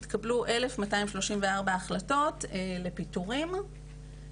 התקבלו 1,234 החלטות לפיטורין,